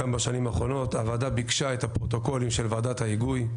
קם בשנים האחרונות הוועדה ביקשה את הפרוטוקולים של ועדת ההיגוי,